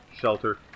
shelter